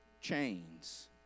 chains